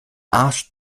arsch